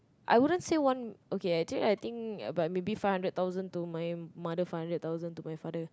I wouldn't say one okay actually I think about maybe five hundred thousand to my mother five hundred thousand to my father